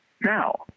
Now